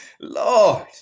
Lord